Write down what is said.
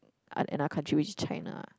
another country which is China ah